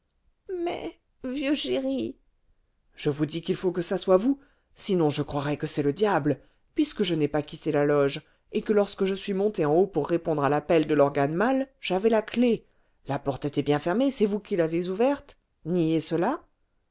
mais vieux chéri je vous dis qu'il faut que ça soit vous sinon je croirai que c'est le diable puisque je n'ai pas quitté la loge et que lorsque je suis monté en haut pour répondre à l'appel de l'organe mâle j'avais la clef la porte était bien fermée c'est vous qui l'avez ouverte niez cela